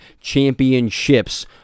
championships